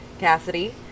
Cassidy